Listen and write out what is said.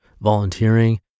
volunteering